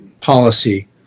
policy